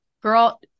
Girl